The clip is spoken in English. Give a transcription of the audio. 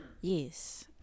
Yes